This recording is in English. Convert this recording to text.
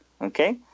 okay